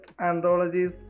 anthologies